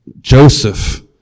Joseph